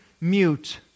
mute